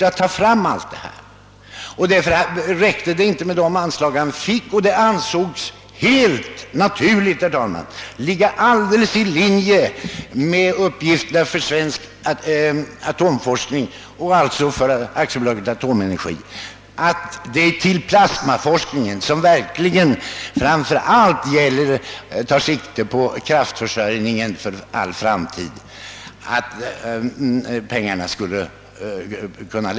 Det har därför inte räckt med de anslag han fått, och det ansågs ligga helt i linje med uppgifterna för svensk atomforskning och därmed för AB Atomenergi, att till plasmaforskningen, som framför allt tar sikte på vår kraftförsörjning för all framtid, lämna dessa pengar.